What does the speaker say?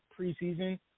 preseason